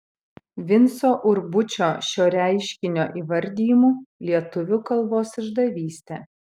vinco urbučio šio reiškinio įvardijimu lietuvių kalbos išdavystė